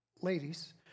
ladies